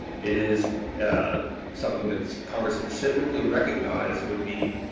it is something that congress specifically recognized would be